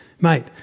mate